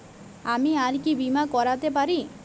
আমি আর কি বীমা করাতে পারি?